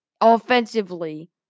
offensively